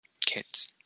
kids